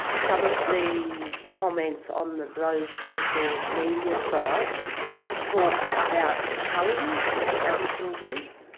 some of the comments on those social media sites talked about culling aboriginal youth.